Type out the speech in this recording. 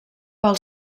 pel